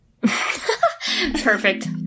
Perfect